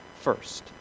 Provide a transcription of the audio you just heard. First